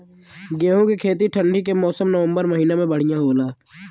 गेहूँ के खेती ठंण्डी के मौसम नवम्बर महीना में बढ़ियां होला?